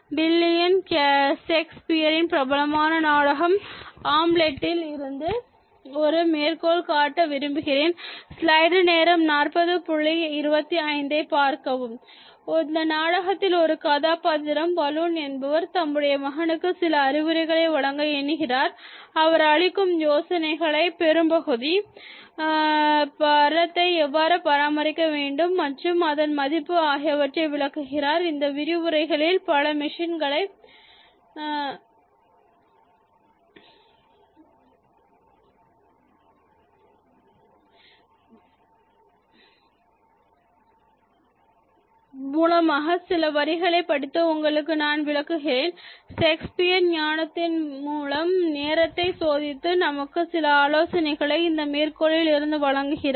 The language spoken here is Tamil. வில்லியம் சேக்ஸ்பியரின் பிரபலமான நாடகமான ஆம்லெட்டில் இருந்து ஒரு மேற்கோள் காட்ட விரும்புகிறேன் இந்த நாடகத்தில் ஒரு கதாபாத்திரம் பலூன் என்பவர் தம்முடைய மகனுக்கு சில அறிவுரைகளை வழங்க எண்ணுகிறார் அவர் அளிக்கும் யோசனைகளை பெரும் பகுதி பணத்தை எவ்வாறு பராமரிக்க வேண்டும் மற்றும் அதன் மதிப்பு ஆகியவற்றை விளக்குகிறார்